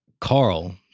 Carl